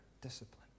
discipline